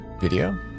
video